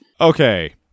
Okay